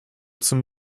zum